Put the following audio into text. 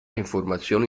informazioni